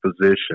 position